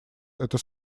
это